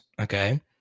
okay